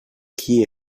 qui